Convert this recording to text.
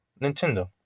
Nintendo